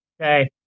Okay